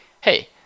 Hey